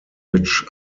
which